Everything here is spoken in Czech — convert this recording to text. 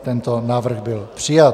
Tento návrh byl přijat.